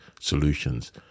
solutions